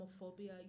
homophobia